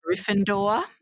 Gryffindor